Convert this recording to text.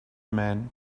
man